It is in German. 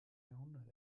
jahrhundert